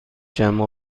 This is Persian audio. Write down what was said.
شنبه